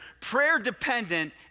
prayer-dependent